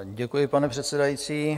Děkuji, pane předsedající.